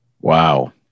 Wow